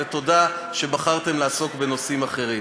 ותודה שבחרתם לעסוק בנושאים אחרים.